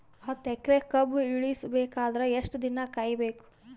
ಹತ್ತು ಎಕರೆ ಕಬ್ಬ ಇಳಿಸ ಬೇಕಾದರ ಎಷ್ಟು ದಿನ ಕಾಯಿ ಬೇಕು?